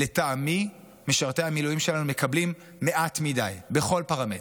לטעמי משרתי המילואים שלנו מקבלים מעט מדי בכל פרמטר,